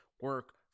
Work